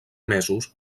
mesos